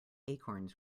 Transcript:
acorns